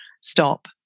stop